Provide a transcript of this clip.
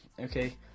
okay